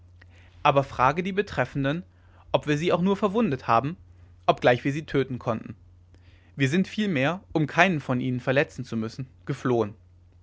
aber frage die betreffenden ob wir sie auch nur verwundet haben obgleich wir sie töten konnten wir sind vielmehr um keinen von ihnen verletzen zu müssen geflohen